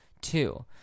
Two